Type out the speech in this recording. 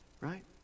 Right